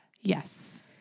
Yes